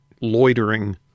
loitering